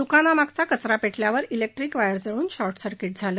द्कानामागील कचरा पेटल्यानंतर electric wire जळून शॉट सर्किट झालं